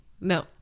no